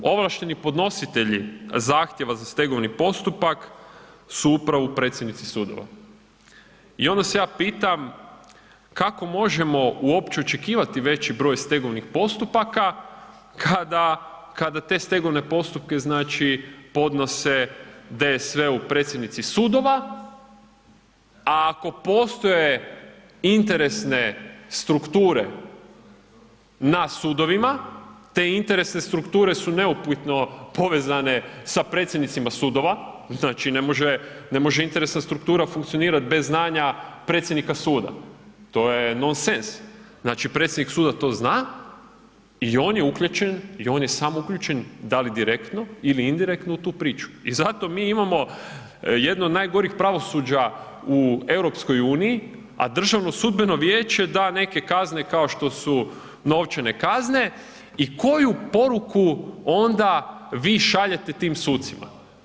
Ovlašteni podnositelji zahtjeva za stegovni postupak su upravo predsjednici sudova i onda se ja pitam kako možemo uopće očekivati veći broj stegovnih postupaka kada, kada te stegovne postupke, znači podnose DSV-u predsjednici sudova, a ako postoje interesne strukture na sudovima, te interesne strukture su neupitno povezane sa predsjednicima sudova, znači ne može, ne može interesna struktura funkcionirat bez znanja predsjednika suda, to je non sens, znači predsjednik suda to zna i on je uključen i on je sam uključen da li direktno ili indirektno u tu priču i zato mi imamo jedno od najgorih pravosuđa u EU, a DSV da neke kazne kao što su novčane kazne i koju poruku onda vi šaljete tim sucima?